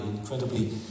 incredibly